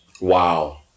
Wow